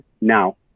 now